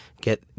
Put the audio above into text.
get